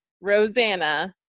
Rosanna